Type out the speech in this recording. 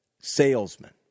salesman